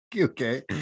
Okay